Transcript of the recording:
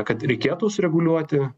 kad reikėtų sureguliuoti